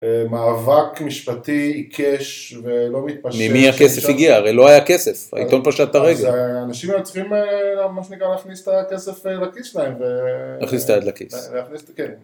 מאבק משפטי עיקש ולא מתפשר. ממי הכסף הגיע? הרי לא היה כסף, העיתון פשט את הרגל. אז האנשים היו צריכים, מה שנקרא, להכניס את הכסף לכיס שלהם. להכניס את היד לכיס. להכניס את ה - כן.